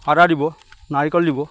আদা দিব নাৰিকল দিব